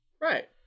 Right